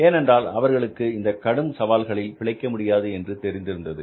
ஏனென்றால் அவர்களுக்கு இந்த கடும் சவால்களில் பிழைக்க முடியாது என்று தெரிந்திருந்தது